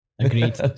Agreed